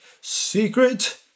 Secret